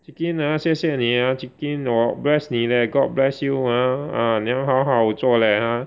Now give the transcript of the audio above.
Chee Kin ah 谢谢您 ah Chee Kin god bless 你 leh god bless you ah ah 你要好好做 leh !huh!